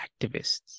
activists